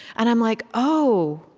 and i'm like, oh,